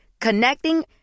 Connecting